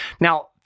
Now